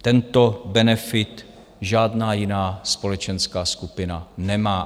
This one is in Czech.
Tento benefit žádná jiná společenská skupina nemá.